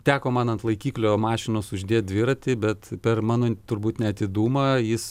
teko man ant laikiklio mašinos uždėt dviratį bet per mano turbūt neatidumą jis